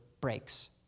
breaks